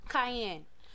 Cayenne